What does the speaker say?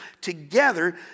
together